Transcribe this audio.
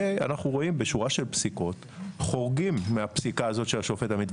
ואנחנו רואים בשורה של פסיקות חורגים מהפסיקה הזאת של השופט עמית,